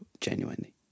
genuinely